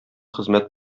хезмәт